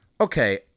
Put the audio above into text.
Okay